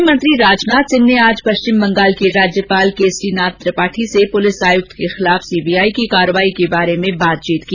गृह मंत्री राजनाथ सिंह ने आज पश्चिम बंगाल के राज्यपाल केसरी नाथ त्रिपाठी से पुलिस आयुक्त र्क खिलाफ सीबीआई की कार्रवाई के बारे में बातचीत की